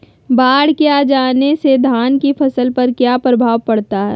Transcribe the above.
बाढ़ के आ जाने से धान की फसल पर किया प्रभाव पड़ता है?